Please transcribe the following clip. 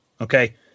okay